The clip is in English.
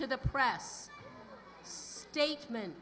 to the press statemen